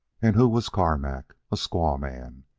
and who was carmack? a squaw-man.